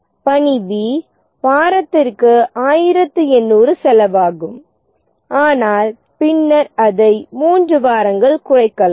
பணி 'B' வாரத்திற்கு 1800 செலவாகும் ஆனால் பின்னர் அதை 3 வாரங்கள் குறைக்கலாம்